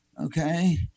okay